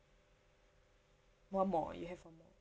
one more you have one more